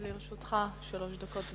לרשותך שלוש דקות.